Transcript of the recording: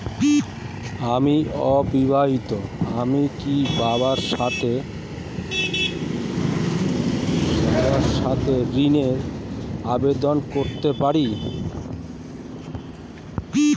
আমি অবিবাহিতা আমি কি বাবার সাথে ঋণের আবেদন করতে পারি?